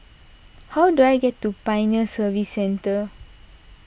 how do I get to Pioneer Service Centre